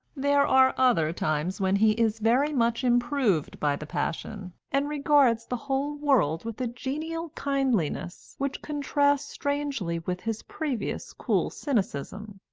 there are other times when he is very much improved by the passion, and regards the whole world with a genial kindliness which contrasts strangely with his previous cool cynicism.